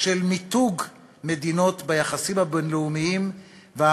של מיתוג מדינות ביחסים הבין-לאומיים ואת